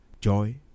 joy